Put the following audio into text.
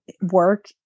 work